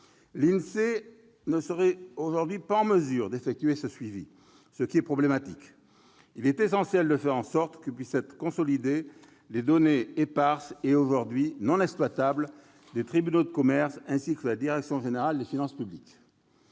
L'INSEE ne serait aujourd'hui pas en mesure d'effectuer ce suivi, ce qui est problématique. Il est essentiel de faire en sorte que puissent être consolidées les données éparses et aujourd'hui non exploitables émanant des tribunaux de commerce, ainsi que de la Direction générale des finances publiques.